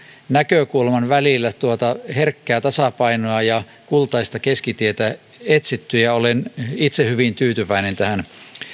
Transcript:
näkökulman välillä tuota herkkää tasapainoa ja kultaista keskitietä etsitty ja olen itse hyvin tyytyväinen tähän